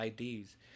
ids